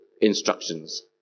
instructions